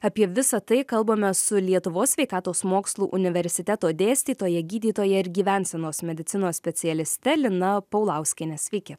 apie visa tai kalbamės su lietuvos sveikatos mokslų universiteto dėstytoja gydytoja ir gyvensenos medicinos specialiste lina paulauskiene sveiki